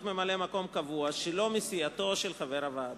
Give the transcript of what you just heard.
ממלא-מקום קבוע שלא מסיעתו של חבר הוועדה.